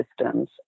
systems